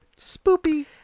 Spoopy